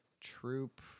troop